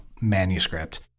manuscript